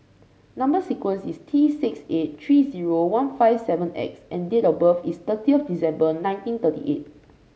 number sequence is T six eight three zero one five seven X and date of birth is thirty of December nineteen thirty eight